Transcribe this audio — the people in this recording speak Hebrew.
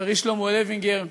חברי שלמה לוינגר מקריית-ארבע,